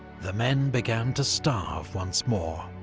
the men began to starve once more.